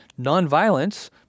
nonviolence